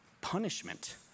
punishment